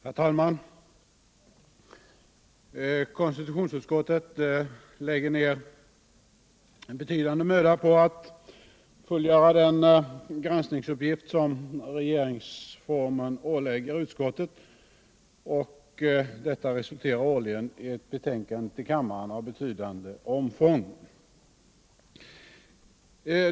Herr talman! Konstitutionsutskottet lägger ner betydande möda på att fullgöra den granskningsuppgift som regeringsformen ålägger utskottet, och detta resulterar årligen i ett betänkande till kammaren av betydande omfång.